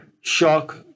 Shock